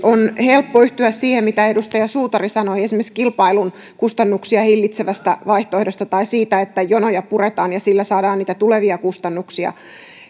on helppo yhtyä siihen mitä edustaja suutari sanoi esimerkiksi kilpailun kustannuksia hillitsevästä vaihtoehdosta tai siitä että jonoja puretaan ja sillä saadaan niitä tulevia kustannuksia